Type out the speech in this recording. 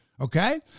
Okay